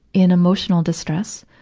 in emotional distress,